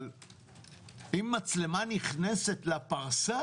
אבל אם מצלמה נכנסת לפרסה